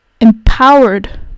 empowered